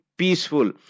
peaceful